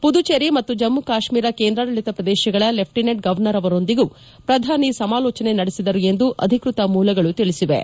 ಪುದುಚೇರಿ ಮತ್ತು ಜಮ್ಮು ಕಾಶ್ಮೀರ ಕೇಂದ್ರಾಡಳಿತ ಪ್ರದೇಶಗಳ ಲೆಫ್ಸಿನೆಂಟ್ ಗರ್ವನರ್ ಅವರೊಂದಿಗೂ ಪ್ರಧಾನಿ ಸಮಾಲೋಚನೆ ನಡೆಸಿದರು ಎಂದು ಅಧಿಕೃತ ಮೂಲಗಳು ತಿಳಿಸಿವೆ